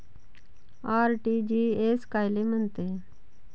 RTGS कायले म्हनते?